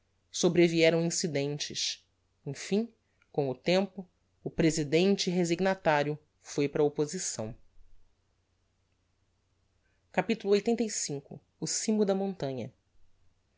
sobrevieram incidentes emfim com o tempo o presidente resignatario foi para a opposição capitulo lxxxv o cimo da montanha